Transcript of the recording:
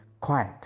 quiet